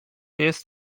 jest